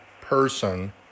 person